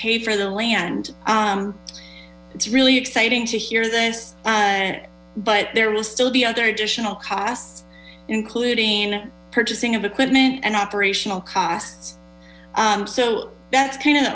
pay for the land it's really exciting to hear this but there will still be other additional costs including purchasing of equipment and operational costs so that's kind